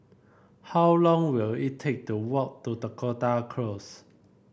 how long will it take to walk to Dakota Close